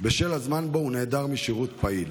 בשל הזמן שהוא נעדר משירות פעיל.